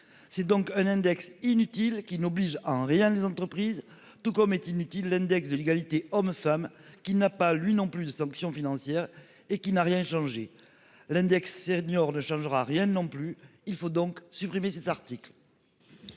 C'est donc un index inutile qui n'oblige à en rien les entreprises. Tout comme est inutile, l'index de l'égalité homme-femme qui n'a pas lui non plus de sanctions financières et qui n'a rien changé l'index senior ne changera rien non plus. Il faut donc supprimer cet article.